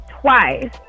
twice